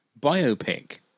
biopic